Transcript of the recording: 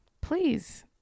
Please